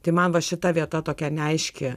tai man va šita vieta tokia neaiški